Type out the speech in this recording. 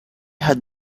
had